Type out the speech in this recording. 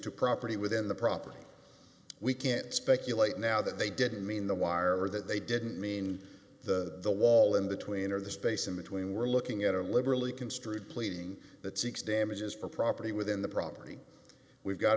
to property within the property we can't speculate now that they didn't mean the wire or that they didn't mean the the wall in the tween or the space in between we're looking at a liberally construed pleading that seeks damages for property within the property we've got